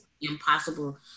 impossible